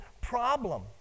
problem